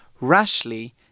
Rashly